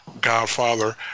Godfather